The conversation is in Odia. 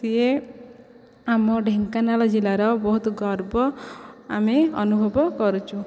ସିଏ ଆମ ଢେଙ୍କାନାଳ ଜିଲ୍ଲାର ବହୁତ ଗର୍ବ ଆମେ ଅନୁଭବ କରୁଛୁ